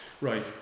right